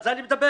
על זה אני מדבר.